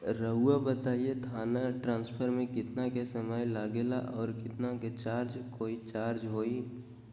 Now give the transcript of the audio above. रहुआ बताएं थाने ट्रांसफर में कितना के समय लेगेला और कितना के चार्ज कोई चार्ज होई?